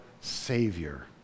Savior